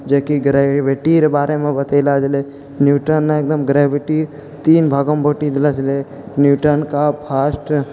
जेकि ग्रेविटी रऽ बारे मे बतेलो छलै न्यूटन एकदम ग्रेविटी के तीन भागो मे बटि देलऽ छलै न्यूटन के फर्स्ट